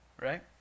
right